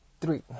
three